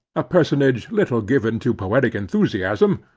a personage little given to poetic enthusiasm,